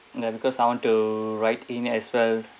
ya because I want to write in as well